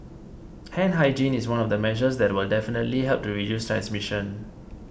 hand hygiene is one of the measures that will definitely help to reduce transmission